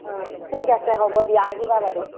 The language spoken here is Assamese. ও ঠিক আছে হ'ব দিয়া আহিবা বাৰু